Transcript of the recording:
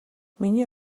миний